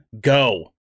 go